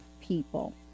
people